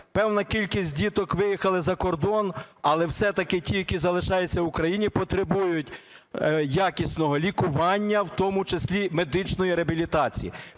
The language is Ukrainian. Певна кількість діток виїхали за кордон, але все-таки ті, які залишаються в Україні, потребують якісного лікування, в тому числі медичної реабілітації.